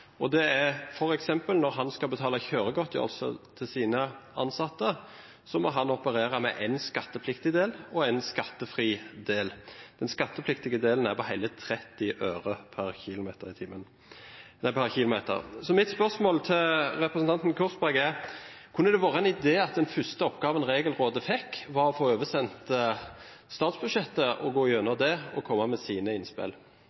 det er f.eks. at når han skal betale kjøregodtgjørelse til sine ansatte, må han operere med en skattepliktig del og en skattefri del. Den skattepliktige delen er på hele 30 øre per kilometer. Mitt spørsmål til representanten Korsberg er: Kunne det vært en idé at den første oppgaven regelrådet fikk, var å få oversendt statsbudsjettet og gå gjennom det og komme med sine innspill?